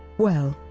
well,